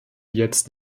jetzt